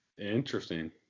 Interesting